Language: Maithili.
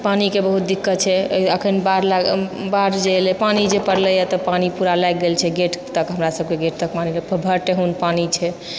पानिके बहुत दिक्कत छै अखन बाढ़ि जे एलै पानी जे पड़लैया तऽ पानि पूरा लागि जाइत छै गेट तक हमरा सबके गेट तक पानि भरि ठेहुन पानि छै